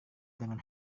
dengan